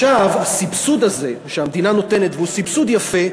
עכשיו, הסבסוד הזה שהמדינה נותנת, והוא סבסוד יפה,